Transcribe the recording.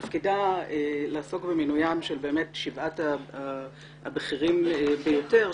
שתפקידה לעסוק במינויים של שבעת הבכירים ביותר,